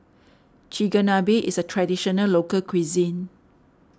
Chigenabe is a Traditional Local Cuisine